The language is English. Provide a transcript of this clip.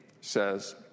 says